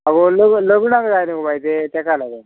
आगो लग लग्नांग जाय न्हू गो बाय ते तेका लागून